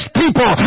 people